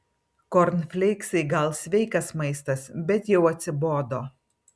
kornfleiksai gal sveikas maistas bet jau atsibodo